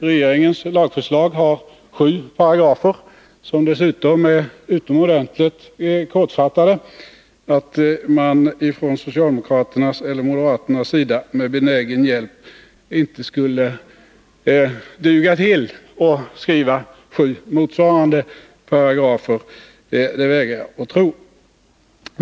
Regeringens lagförslag har sju paragrafer, som är så utomordentligt kortfattade att det vore märkligt om man från socialdemokraternas eller moderaternas sida inte ens med benägen hjälp skulle duga till att skriva sju motsvarande paragrafer. Jag vägrar att tro att man inte kan klara att göra detta.